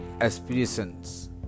aspirations